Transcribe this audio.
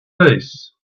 face